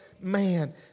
man